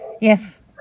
Yes